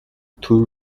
two